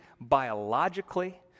biologically